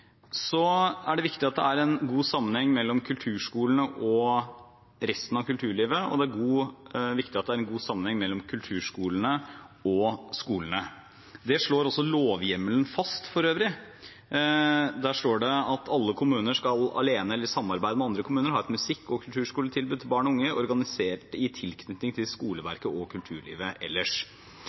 Så er det viktig at det er en god sammenheng mellom kulturskolene og resten av kulturlivet, og det er viktig at det er en god sammenheng mellom kulturskolene og skolene. Det slår for øvrig også lovhjemmelen fast. Der står det at alle kommuner skal alene eller i samarbeid med andre kommuner ha et musikk- og kulturskoletilbud til barn og unge organisert i tilknytning til skoleverket og kulturlivet ellers.